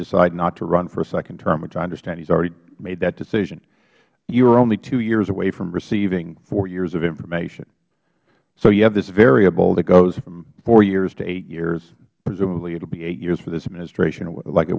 decide not to run for a second term which i understand he has already made that decision you are only two years away from receiving four years of information so you have this variable that goes from four years to eight years presumably it will be eight years for this administration like it